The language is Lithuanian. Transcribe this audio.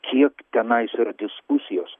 kiek tenais yra diskusijos